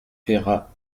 peyrat